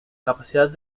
capacidad